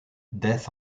death